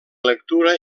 lectura